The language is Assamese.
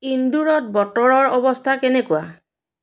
ইন্দোৰত বতৰৰ অৱস্থা কেনেকুৱা